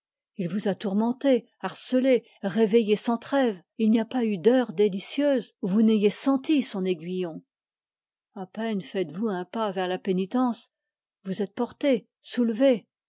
il vous a tourmenté harcelé réveillé sans trêve et il n'y a pas eu d'heure délicieuse où vous n'ayez senti son aiguillon à peine faites-vous un pas vers la pénitence vous êtes porté soulevé